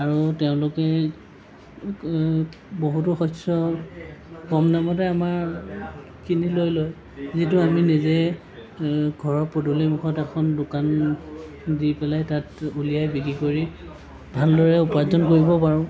আৰু তেওঁলোকে বহুতো শস্য কম দামতে আমাৰ কিনি লৈ লয় যিটো আমি নিজে ঘৰৰ পদূলিমুখত এখন দোকান দি পেলাই তাত উলিয়াই বিক্ৰী কৰি ভালদৰে উপাৰ্জন কৰিব পাৰোঁ